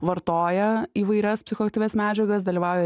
vartoja įvairias psichoaktyvias medžiagas dalyvauja